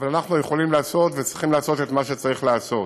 אבל אנחנו יכולים לעשות וצריכים לעשות את מה שצריך לעשות.